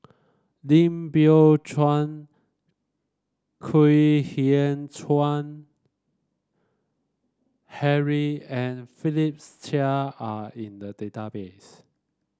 Lim Biow Chuan Kwek Hian Chuan Henry and Philip Chia are in the database